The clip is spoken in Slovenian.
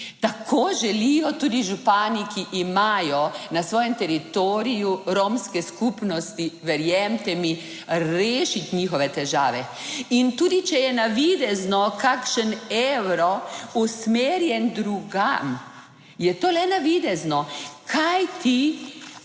Tako želijo tudi župani, ki imajo na svojem teritoriju romske skupnosti, verjemite mi, rešiti njihove težave. In tudi če je navidezno kakšen evro usmerjen drugam, je to le navidezno, kajti